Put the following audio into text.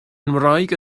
ngwraig